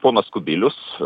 ponas kubilius